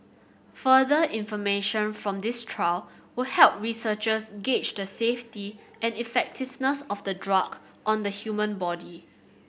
further information from this trial will help researchers gauge the safety and effectiveness of the drug on the human body